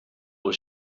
what